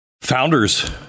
Founders